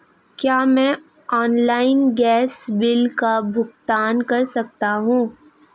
क्या मैं online gas bill का भुगतान कर सकता हूँ?